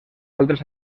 altres